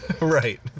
right